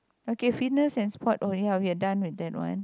okay fitness and sport oh ya we've done with that one